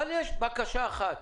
אבל יש בקשה אחת